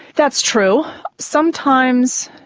that's true. sometimes,